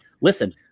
listen